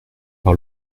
par